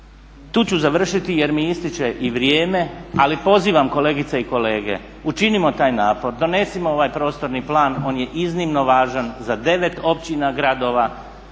Tu ću završiti jer mi ističe i vrijeme, ali pozivam kolegice i kolege, učinimo taj napor. Donesimo ovaj prostorni plan. On je iznimno važan za 9 općina, gradova